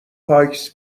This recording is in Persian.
پایکس